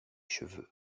cheveux